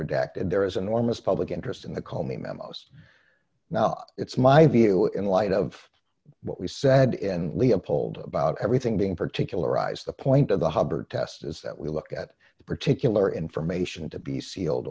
redacted there is enormous public interest in the call me memos now it's my view in light of what we said in leopold about everything being particularized the point of the hubbard test is that we look at the particular information to be sealed